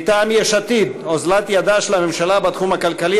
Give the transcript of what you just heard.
מטעם יש עתיד: אוזלת ידה של הממשלה בתחום הכלכלי,